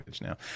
now